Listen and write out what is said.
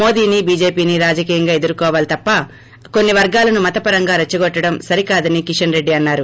మోదీని చీజేపీను రాజకీయంగా ఎదుర్కోవాలి తప్ప కొన్ని వర్గాలను మతపరంగా రెచ్చగొట్టడం సరికాదని కిషన్రెడ్డి అన్నారు